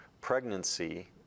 pregnancy